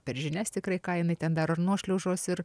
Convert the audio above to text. per žinias tikrai kaime ten dar ir nuošliaužos ir